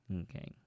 Okay